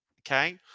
Okay